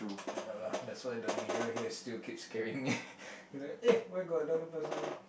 ya lah that's why the mirror here is still keep scaring me eh why got another person there